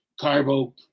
carbo